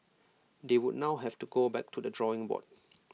they would now have to go back to the drawing board